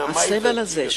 הסבל הזה,